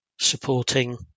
supporting